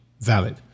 valid